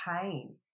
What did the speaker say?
pain